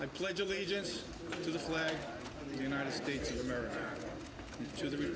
i pledge allegiance to the flag united states of america to th